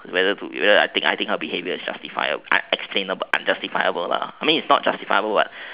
whether to whether